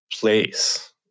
place